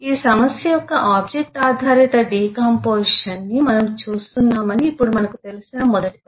ఈ సమస్య యొక్క ఆబ్జెక్ట్ ఆధారిత డికాంపొజిషన్ ని మనము చూస్తున్నామని ఇప్పుడు మనకు తెలిసిన మొదటి పని